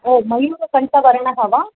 ओ मयूरकण्ठवर्णः वा